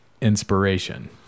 inspiration